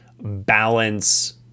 balance